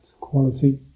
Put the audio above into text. quality